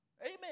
Amen